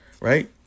right